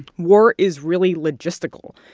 war is really logistical.